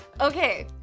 Okay